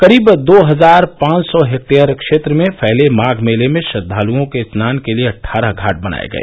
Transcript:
करीब दो हजार पांच सौ हेक्टेयर क्षेत्र तक फैले माघ मेले में श्रद्वालुओं के स्नान के लिए अट्ठारह घाट बनाए गए